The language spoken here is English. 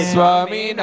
Swami